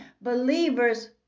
believers